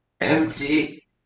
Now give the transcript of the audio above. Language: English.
empty